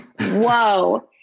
whoa